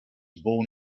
born